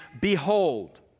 Behold